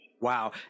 Wow